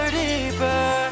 deeper